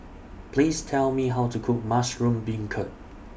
Please Tell Me How to Cook Mushroom Beancurd